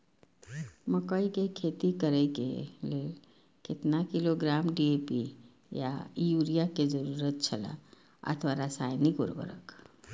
मकैय के खेती करे के लेल केतना किलोग्राम डी.ए.पी या युरिया के जरूरत छला अथवा रसायनिक उर्वरक?